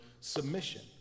submission